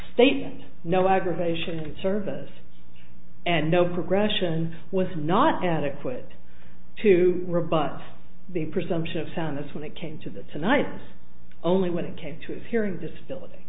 statement no aggravation of service and no progression was not adequate to rebut the presumption of sound that's when it came to the tonight only when it came to this hearing this ability